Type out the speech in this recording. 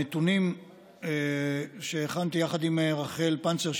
הנתונים שהכנתי יחד עם רחל פנצר,